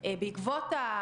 אני מדבר בשוטף,